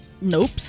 nope